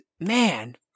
man